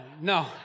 No